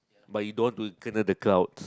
but you don't want to kena the clouds